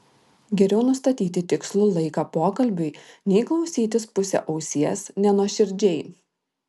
geriau nustatyti tikslų laiką pokalbiui nei klausytis puse ausies nenuoširdžiai